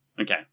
Okay